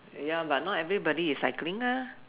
ya but not everybody is cycling ah